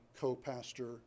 co-pastor